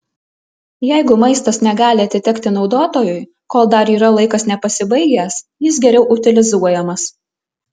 jeigu maistas negali atitekti naudotojui kol dar yra laikas nepasibaigęs jis geriau utilizuojamas